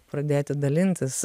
pradėti dalintis